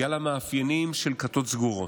בגלל המאפיינים של כתות סגורות.